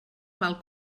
mal